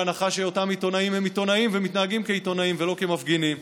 בהנחה שאותם עיתונאים הם עיתונאים ומתנהגים כעיתונאים ולא כמפגינים.